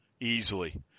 easily